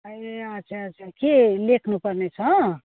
ए अच्छा अच्छा के लेख्नु पर्ने छ